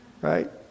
Right